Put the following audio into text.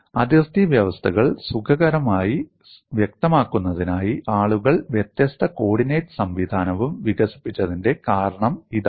അതിർത്തി വ്യവസ്ഥകൾ സുഖകരമായി വ്യക്തമാക്കുന്നതിനായി ആളുകൾ വ്യത്യസ്ത കോർഡിനേറ്റ് സംവിധാനവും വികസിപ്പിച്ചതിന്റെ കാരണം ഇതാണ്